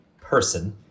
person